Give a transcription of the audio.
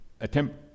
attempt